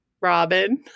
Robin